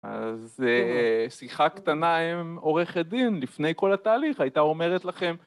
אז שיחה קטנה עם עורכת דין, לפני כל התהליך, הייתה אומרת לכם.